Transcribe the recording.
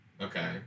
Okay